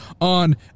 on